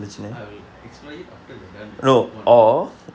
I will explore it after we are done with one hour